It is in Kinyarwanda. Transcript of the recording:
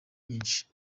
nyinshi